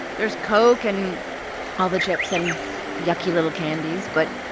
there's coke and all the chips and yucky little candies. but,